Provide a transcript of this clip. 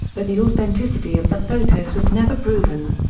but the authenticity of the photos was never proven.